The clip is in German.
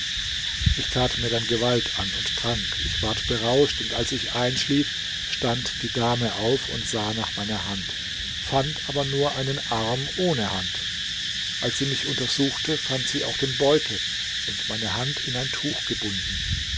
ich tat mir dann gewalt an und trank ich ward berauscht und als ich einschlief stand die dame auf und sah nach meiner hand fand aber nur einen arm ohne hand als sie mich untersuchte fand sie auch den beutel und meine hand in ein tuch gebunden